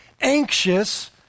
anxious